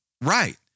Right